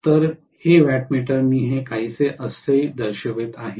तर हे वॅटमीटर मी हे काहीसे असे दर्शवित आहे